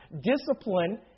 discipline